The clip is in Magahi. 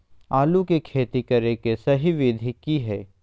आलू के खेती करें के सही विधि की हय?